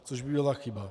Což by byla chyba.